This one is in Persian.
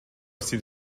سیب